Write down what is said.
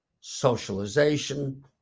socialization